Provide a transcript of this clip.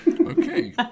Okay